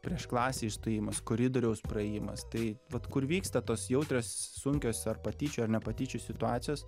prieš klasę išstojimas koridoriaus praėjimas tai vat kur vyksta tos jautrios sunkios ar patyčių ar ne patyčių situacijos